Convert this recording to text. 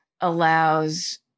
allows